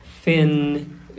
thin